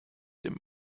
dem